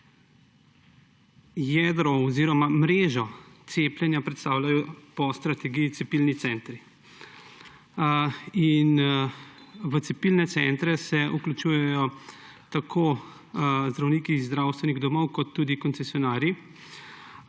Jedro oziroma mrežo cepljenja predstavljajo po strategiji cepilni centri. V cepilne centre se vključujejo tako zdravniki iz zdravstvenih domov kot tudi koncesionarji.